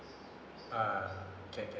ah can can